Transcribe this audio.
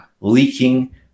leaking